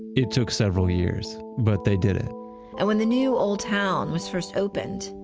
it took several years but they did it and when the new old town was first opened,